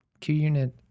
QUnit